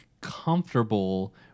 comfortable